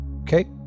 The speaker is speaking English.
okay